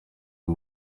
uyu